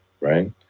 Right